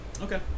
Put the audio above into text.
Okay